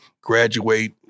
graduate